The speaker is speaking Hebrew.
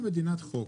אנחנו מדינת חוק.